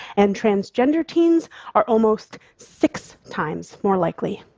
and transgender teens are almost six times more likely.